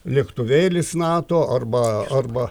lėktuvėlis nato arba arba